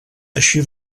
així